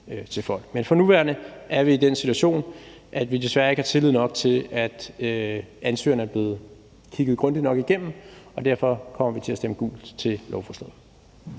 til folk. Men for nuværende er vi i den situation, at vi desværre ikke har tillid nok til, at ansøgerne er blev kigget grundigt nok igennem, og derfor kommer vi til at stemme gult til lovforslaget.